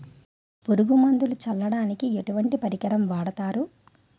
పురుగు మందులు చల్లడానికి ఎటువంటి పరికరం వాడతారు?